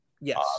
Yes